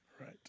Right